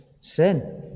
sin